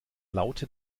laute